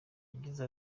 yagize